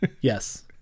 Yes